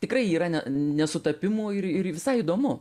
tikrai yra ne nesutapimų ir ir visai įdomu